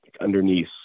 underneath